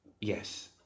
Yes